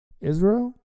israel